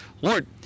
Lord